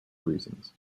reasons